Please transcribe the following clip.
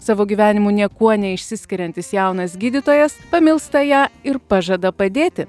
savo gyvenimu niekuo neišsiskiriantis jaunas gydytojas pamilsta ją ir pažada padėti